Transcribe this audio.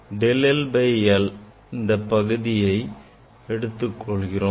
del l by l இந்தப் பகுதியை எடுத்துக் கொள்கிறோம்